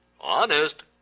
Honest